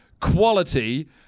Quality